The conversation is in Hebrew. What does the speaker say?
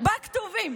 בכתובים.